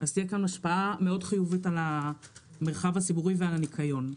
תהיה כאן השפעה מאוד חיובית על המרחב הציבורי ועל הניקיון.